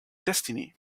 destiny